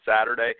Saturday